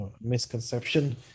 misconception